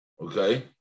okay